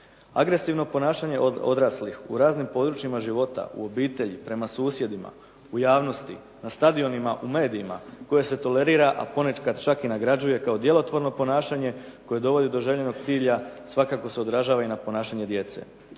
Agresivno ponašanje odraslih. U raznim područjima života, u obitelji, prema susjedima, u javnosti, na stadionima u medijima koje se tolerira a ponekad čak i nagrađuje kao djelotvorno ponašanje koje dovodi do željenog cilja svakako se odražava i na ponašanje djece.